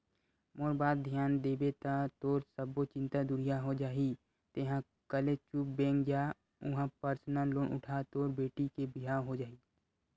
मोर बात धियान देबे ता तोर सब्बो चिंता दुरिहा हो जाही तेंहा कले चुप बेंक जा उहां परसनल लोन उठा तोर बेटी के बिहाव हो जाही